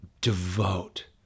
devote